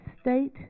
state